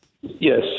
Yes